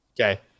Okay